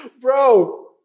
Bro